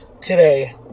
today